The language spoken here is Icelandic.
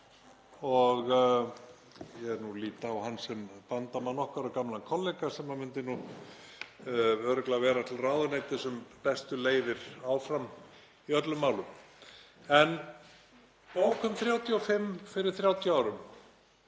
í dag. Ég lít á hann sem bandamann okkar og gamlan kollega sem myndi örugglega vera til ráðuneytis um bestu leiðir áfram í öllum málum. En bókun 35 fyrir 30 árum